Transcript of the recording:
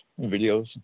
videos